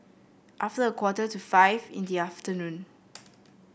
after a quarter to five in the afternoon